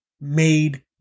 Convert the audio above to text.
made